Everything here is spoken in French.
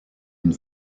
une